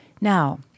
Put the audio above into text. Now